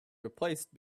replaced